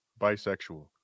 bisexual